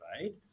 right